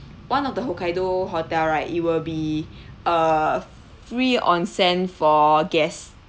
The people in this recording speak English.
one of the hokkaido hotel right it will be err free onsen for guest